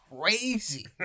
crazy